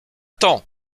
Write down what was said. t’en